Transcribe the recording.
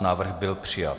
Návrh byl přijat.